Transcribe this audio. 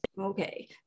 Okay